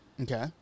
Okay